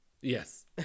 Yes